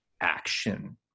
action